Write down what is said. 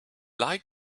like